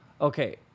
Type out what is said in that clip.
Okay